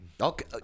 Okay